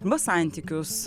arba santykius